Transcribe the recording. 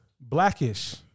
Blackish